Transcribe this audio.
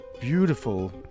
beautiful